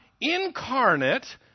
incarnate